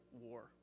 war